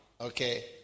Okay